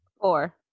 Four